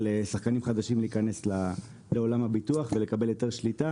שחקנים חדשים להיכנס לעולם הביטוח ולקבל היתר שליטה.